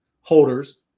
holders